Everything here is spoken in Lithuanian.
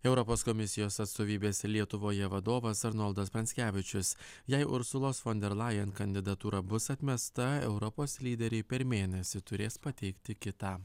europos komisijos atstovybės lietuvoje vadovas arnoldas pranckevičius jei ursulos fon der lajen kandidatūra bus atmesta europos lyderiai per mėnesį turės pateikti kitą